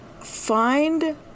find